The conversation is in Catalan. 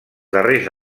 darrers